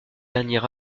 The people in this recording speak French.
dernier